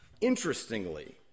Interestingly